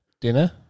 dinner